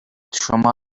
شما